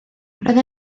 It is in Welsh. roedd